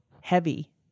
heavy